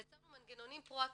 יצרנו מנגנונים פרו אקטיביים.